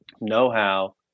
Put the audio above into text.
know-how